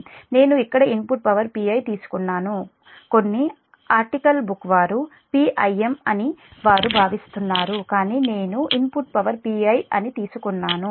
నేను ఇక్కడ input power Pi తీసుకున్నాను కొన్ని ఆర్టికల్ బుక్ వారు Pim అని వారు భావిస్తున్నారు కాని నేను ఇన్పుట్ పవర్ Pi అని తీసుకున్నాను